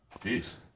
Peace